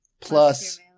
plus